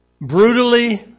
brutally